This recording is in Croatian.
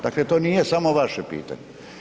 Dakle, to nije samo vaše pitanje.